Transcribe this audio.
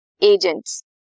agents